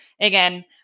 again